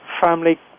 family